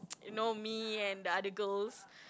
you know me and the other girls